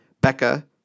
Becca